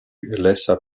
laissent